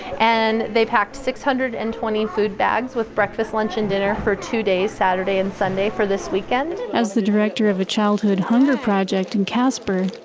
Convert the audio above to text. and they packed six hundred and twenty food bags with breakfast, lunch and dinner for two days, saturday and sunday, for this weekend. as the director of a childhood hunger project in casper,